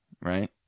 right